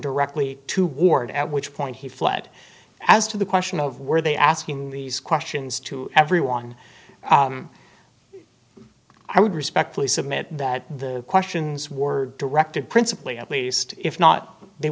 directly to ward at which point he fled as to the question of were they asking these questions to everyone i would respectfully submit that the questions were directed principally at least if not they